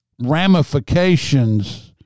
ramifications –